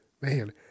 Man